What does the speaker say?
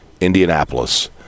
Indianapolis